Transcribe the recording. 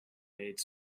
made